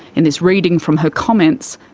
in this reading from her comments,